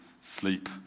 sleep